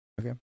Okay